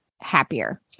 Happier